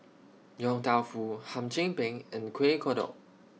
Yong Tau Foo Hum Chim Peng and Kueh Kodok